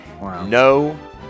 No